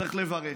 צריך לברך.